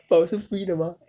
but also free 的 mah